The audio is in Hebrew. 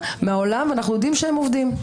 הלוואי.